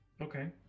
Okay